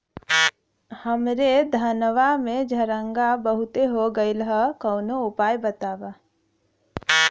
हमरे धनवा में झंरगा बहुत हो गईलह कवनो उपाय बतावा?